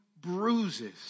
bruises